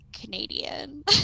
Canadian